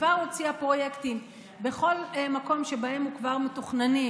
כבר הוציאה פרויקטים בכל מקום שבו הם כבר מתוכננים